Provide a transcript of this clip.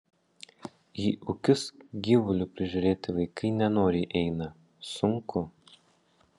į ūkius gyvulių prižiūrėti vaikai nenoriai eina sunku